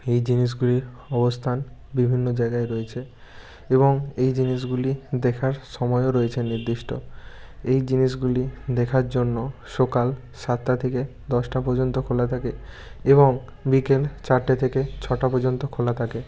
এই জিনিসগুলির অবস্থান বিভিন্ন জায়গায় রয়েছে এবং এই জিনিসগুলি দেখার সময়ও রয়েছে নির্দিষ্ট এই জিনিসগুলি দেখার জন্য সকাল সাতটা থেকে দশটা পযন্ত খোলা থাকে এবং বিকেল চারটে থেকে ছটা পযন্ত খোলা থাকে